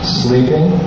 sleeping